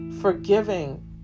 forgiving